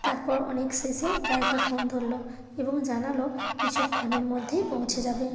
তারপর অনেক শেষে ড্রাইভার ফোন ধরলো এবং জানালো কিছুক্ষণের মধ্যেই পৌঁছে যাবে